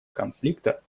конфликта